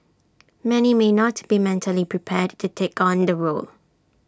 many may not be mentally prepared to take on the role